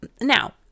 Now